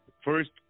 first